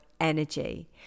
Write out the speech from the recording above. energy